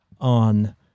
on